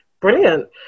Brilliant